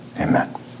Amen